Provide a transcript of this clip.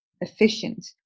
efficient